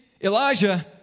Elijah